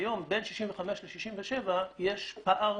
והיום בין 65 ל-67 יש פער